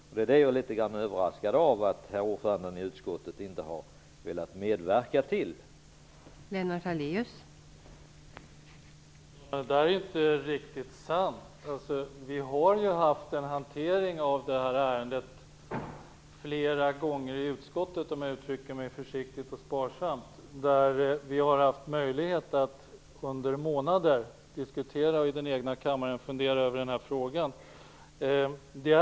Jag är litet överraskad över att herr ordföranden i utskottet inte har velat medverka till detta.